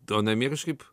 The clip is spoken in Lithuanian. tai o namie kažkaip